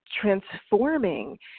transforming